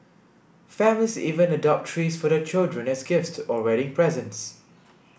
families even adopt trees for their children as gifts or wedding presents